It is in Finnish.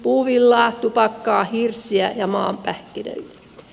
puuvillaa tupakkaa hirssiä ja maapähkinöitä